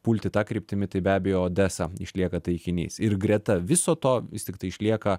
pulti ta kryptimi tai be abejo odesa išlieka taikinys ir greta viso to vis tiktai išlieka